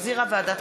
נתקבלה.